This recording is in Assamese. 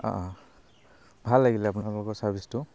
অঁ অ ভাল লাগিলে আপোনালোকৰ ছাৰ্ভিচটো